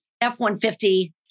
F-150